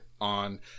on